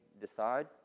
decide